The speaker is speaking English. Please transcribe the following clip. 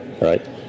Right